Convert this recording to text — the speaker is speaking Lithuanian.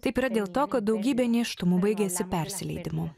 taip yra dėl to kad daugybė nėštumų baigiasi persileidimu